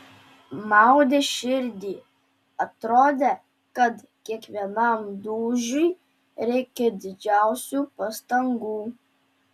maudė širdį atrodė kad kiekvienam dūžiui reikia didžiausių pastangų